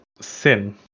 Sin